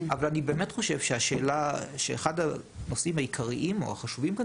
אבל אני באמת חושב שאחד הנושאים העיקריים והחשובים כאן,